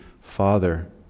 father